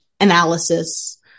analysis